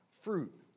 fruit